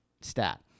stat